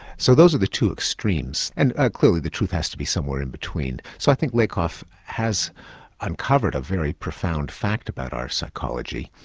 so those are the two extremes, and ah clearly the truth has to be somewhere in between. so i think lakoff has uncovered a very profound fact about our psychology,